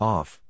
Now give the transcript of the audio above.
Off